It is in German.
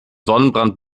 sonnenbrand